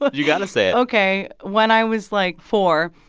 but you've got to say it ok. when i was, like, four,